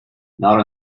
not